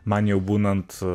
man jau būnant